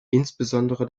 insbesondere